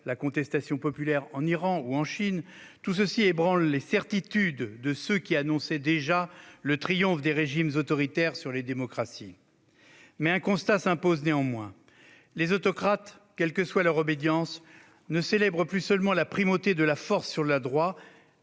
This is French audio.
la contestation populaire en Iran ou en Chine, ébranlent les certitudes de ceux qui annonçaient déjà le triomphe des régimes autoritaires sur les démocraties. Néanmoins, un constat s'impose : les autocrates, quelle que soit leur obédience, ne célèbrent plus seulement la primauté de la force sur le droit,